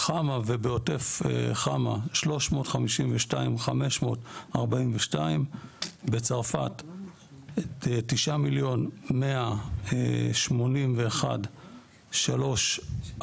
בחמ"ע ובעוטף חמ"ע 352,542. בצרפת 9,181,344,